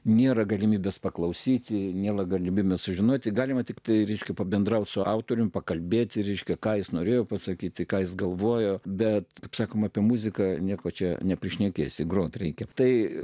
nėra galimybės paklausyti nėra galimybėmis sužinoti galima tiktai ryškiai pabendrauti su autoriumi pakalbėti reiškia ką jis norėjo pasakyti ką jis galvojo bet kaip sakoma apie muziką nieko čia neprišnekėsi groti reikia tai